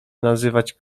nazywać